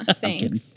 Thanks